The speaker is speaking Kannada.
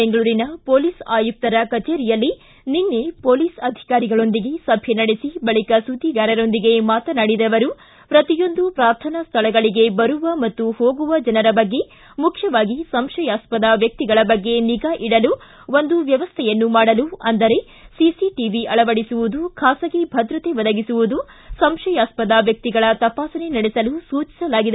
ಬೆಂಗಳೂರಿನ ಪೊಲೀಸ್ ಆಯುಕ್ತರ ಕಚೇರಿಯಲ್ಲಿ ನಿನ್ನೆ ಪೊಲೀಸ್ ಅಧಿಕಾರಿಗಳೊಂದಿಗೆ ಸಭೆ ನಡೆಸಿ ಬಳಿಕ ಸುದ್ಗಿಗಾರರೊಂದಿಗೆ ಮಾತನಾಡಿದ ಅವರು ಪ್ರತಿಯೊಂದು ಪ್ರಾರ್ಥನಾ ಸ್ಥಳಗಳಿಗೆ ಬರುವ ಮತ್ತು ಹೋಗುವ ಜನರ ಬಗ್ಗೆ ಮುಖ್ಯವಾಗಿ ಸಂಶಯಾಸ್ವದ ವ್ಯಕ್ತಿಗಳ ಬಗ್ಗೆ ನಿಗಾ ಇಡಲು ಒಂದು ವ್ಯವಸ್ಥೆಯನ್ನು ಮಾಡಲು ಅಂದರೆ ಸಿಸಿಟಿವಿ ಅಳವಡಿಸುವುದು ಖಾಸಗಿ ಭದ್ರತೆ ಒದಗಿಸುವುದು ಸಂಶಯಾಸ್ವದ ವ್ಯಕ್ತಿಗಳ ತಪಾಸಣೆ ನಡೆಸಲು ಸೂಚಿಸಲಾಗಿದೆ